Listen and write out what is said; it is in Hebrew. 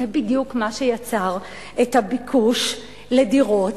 זה בדיוק מה שיצר את הביקוש לדירות.